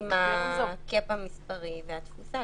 עם ההיקף המספרי והתפוסה.